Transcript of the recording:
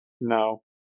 No